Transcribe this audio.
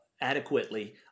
adequately